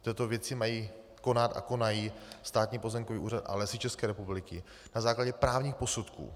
V této věci mají konat a konají Státní pozemkový úřad a Lesy České republiky na základě právních posudků.